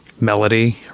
melody